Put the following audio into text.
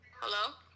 Hello